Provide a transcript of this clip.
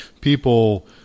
people